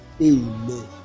amen